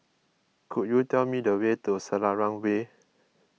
could you tell me the way to Selarang Way